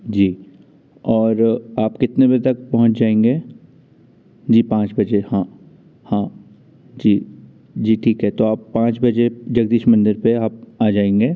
जी और आप कितने बजे तक पहुँच जाएंगे जी पाँच बजे हाँ हाँ जी जी ठीक है तो आप पाँच बजे जगदीश मंदिर पे आप आ जाएंगे